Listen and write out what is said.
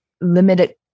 limited